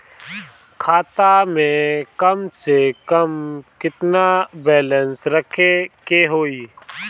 खाता में कम से कम केतना बैलेंस रखे के होईं?